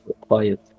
Quiet